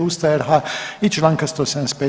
Ustava RH i članka 175.